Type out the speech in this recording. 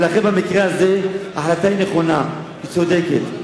ולכן, במקרה הזה ההחלטה היא נכונה, היא צודקת.